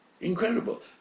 Incredible